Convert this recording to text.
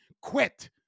quit